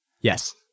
Yes